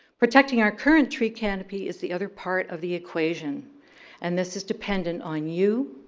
protecting our current tree canopy is the other part of the equation and this is dependent on you,